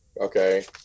Okay